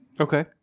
Okay